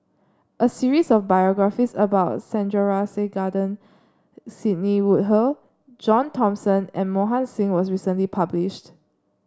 a series of biographies about Sandrasegaran Sidney Woodhull John Thomson and Mohan Singh was recently published